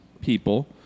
people